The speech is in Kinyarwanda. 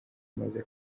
maze